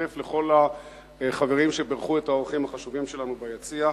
להצטרף לכל החברים שבירכו את האורחים החשובים שלנו ביציע,